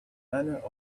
owner